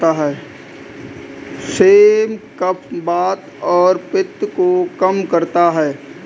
same कफ, वात और पित्त को कम करता है